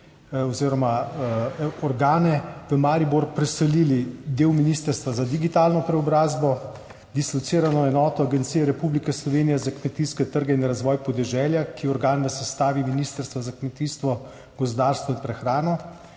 oziroma organe, v Maribor preselil del Ministrstva za digitalno preobrazbo, dislocirano enoto Agencije Republike Slovenije za kmetijske trge in razvoj podeželja, ki je organ v sestavi Ministrstva za kmetijstvo, gozdarstvo in prehrano,